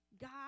God